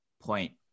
point